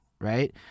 right